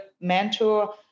mentor